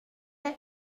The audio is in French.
est